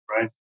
right